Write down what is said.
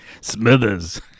Smithers